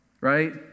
right